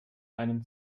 einem